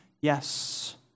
Yes